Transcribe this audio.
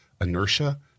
inertia